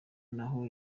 naho